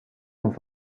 dans